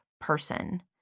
person